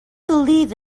believe